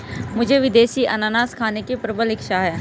मुझे विदेशी अनन्नास खाने की प्रबल इच्छा है